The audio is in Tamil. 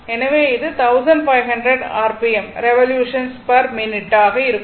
எனவே இது 1500 r p m revolution per minute ஆக இருக்கும்